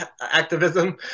activism